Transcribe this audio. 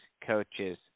coaches